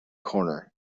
corner